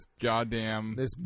goddamn